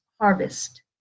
harvest